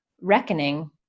reckoning